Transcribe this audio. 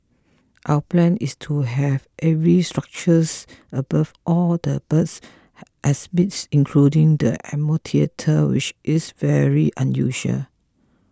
our plan is to have aviary structures above all the birds exhibits including the amphitheatre which is very unusual